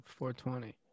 420